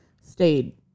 stayed